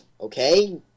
Okay